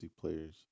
players